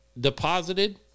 deposited